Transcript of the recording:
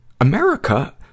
America